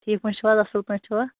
ٹھیٖک پٲٹھۍ چھِو حظ اَصٕل پٲٹھۍ چھِوا